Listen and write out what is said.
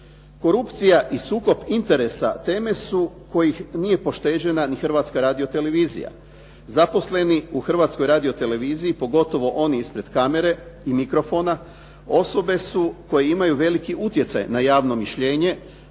Korupcija i sukob interesa teme su kojih nije pošteđena ni Hrvatska radiotelevizija. Zaposleni u Hrvatskoj radioteleviziji, pogotovo oni ispred kamere i mikrofona osobe su koje imaju velik utjecaj na javno mišljenje,